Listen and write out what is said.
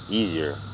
easier